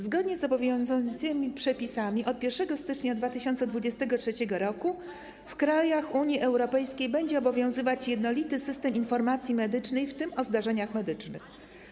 Zgodnie z obowiązującymi przepisami od 1 stycznia 2023 r. w krajach Unii Europejskiej będzie obowiązywać jednolity system informacji medycznej, w tym o zdarzeniach medycznych.